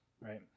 right